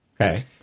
Okay